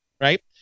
Right